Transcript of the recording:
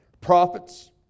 prophets